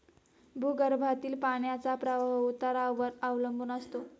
भूगर्भातील पाण्याचा प्रवाह उतारावर अवलंबून असतो